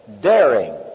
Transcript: daring